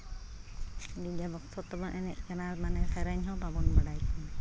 DJ ᱵᱚᱠᱥᱚ ᱛᱮᱵᱚᱱ ᱮᱱᱮᱡ ᱠᱟᱱᱟ ᱢᱟᱱᱮ ᱥᱮᱨᱮᱧ ᱦᱚᱸ ᱵᱟᱵᱚᱱ ᱵᱟᱲᱟᱭ ᱠᱟᱱᱟ